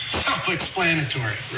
self-explanatory